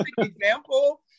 example